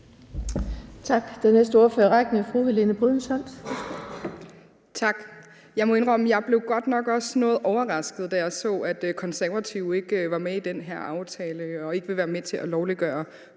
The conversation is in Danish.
også blev noget overrasket, da jeg så, at Konservative ikke var med i den her aftale og ikke vil være med til at lovliggøre